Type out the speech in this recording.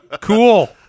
Cool